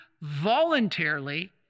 voluntarily